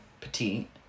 petite